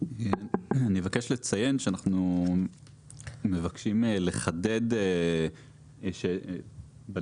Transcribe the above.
אני אבקש לציין שאנחנו מבקשים לחדד בנוסח